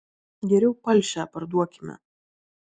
geriau palšę parduokime